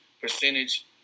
percentage